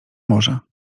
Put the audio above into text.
morza